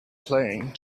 playing